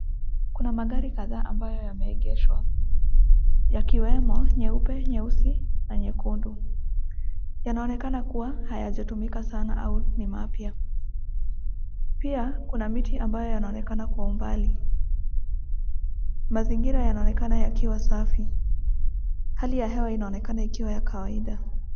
Kuna magari kadhaa ambayo yameegeshwa yakiwemo nyeupe, nyeusi na nyekundu. Yanaonekana kuwa hayajatumika sana au ni mapya. Pia kuna miti ambayo yanaonekana kwa umbali. Mazingira yanaonekana yakiwa safi. Hali ya hewa inaonekana ikiwa ya kawaida.